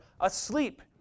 asleep